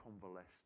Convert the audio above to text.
convalesced